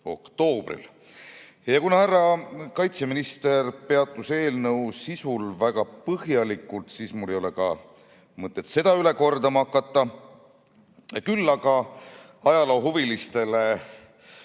Kuna härra kaitseminister peatus eelnõu sisul väga põhjalikult, siis mul ei ole mõtet hakata ka seda üle kordama. Küll aga ajaloohuvilistele